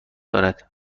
دارد